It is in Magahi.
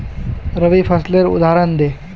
रवि फसलेर उदहारण दे?